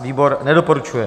Výbor nedoporučuje.